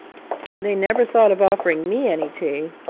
they never thought of offering me any tea,